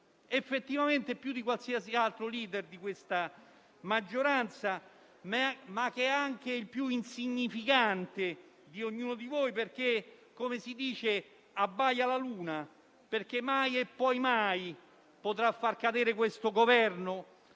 effettivamente più di qualsiasi altro *leader* di questa maggioranza, ma che è anche il più insignificante di ognuno di voi, perché - come si dice - abbaia alla luna, perché mai e poi mai potrà far cadere questo Governo